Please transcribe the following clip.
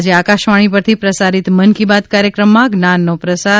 આજે આકાશવાણી પરથી પ્રસારિત મન કી બાત કાર્યક્રમમાં જ્ઞાનનો પ્રસાર